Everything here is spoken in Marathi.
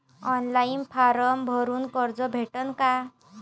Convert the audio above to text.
ऑनलाईन फारम भरून कर्ज भेटन का?